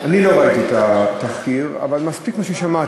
אני לא ראיתי את התחקיר, אבל מספיק מה ששמעתי.